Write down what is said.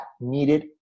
needed